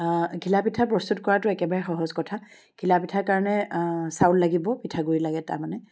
ঘিলা পিঠা প্ৰস্তুত কৰাটো একেবাৰে সহজ কথা ঘিলা পিঠাৰ কাৰণে চাউল লাগিব পিঠা গুৰি লাগে তাৰমানে